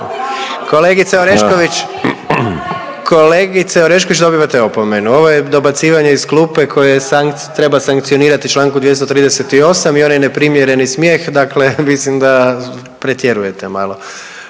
kolegice Orešković dobivate opomenu, ovo je dobacivanje iz klupe koje treba sankcionirati po čl. 238. i onaj neprimjereni smjeh, dakle mislim da pretjerujete malo.